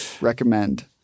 Recommend